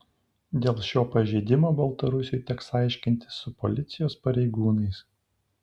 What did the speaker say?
dėl šio pažeidimo baltarusiui teks aiškintis su policijos pareigūnais